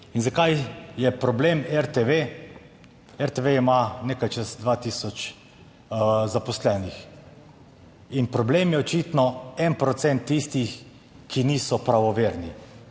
zakaj je problem RTV? RTV ima nekaj čez 2000 zaposlenih. Problem je očitno 1 procent tistih, ki niso pravoverni.